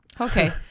Okay